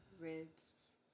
ribs